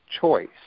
choice